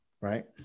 right